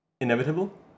inevitable